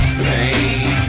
pain